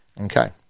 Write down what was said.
Okay